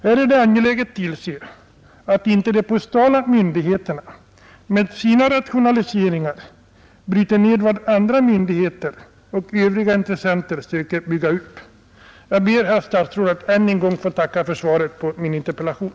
Härvid är det angeläget att tillse att de postala myndigheterna med sina rationaliseringar inte bryter ner vad andra myndigheter och övriga intressenter söker bygga upp. Jag ber, herr statsråd, att än en gång få tacka för svaret på min interpellation.